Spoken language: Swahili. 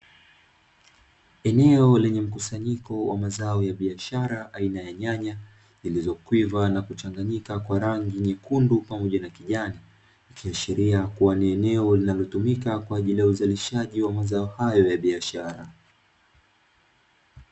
Eneo lenye mkusanyiko wa mazao ya biashara aina ya nyanya zilizokuiva na kuchanganyika kwa rangi nyekundu pamoja na kijani, kiashiria kuwa ni eneo linalotumika kwa ajili ya uzalishaji wa mazao hayo ya biashara.